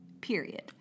period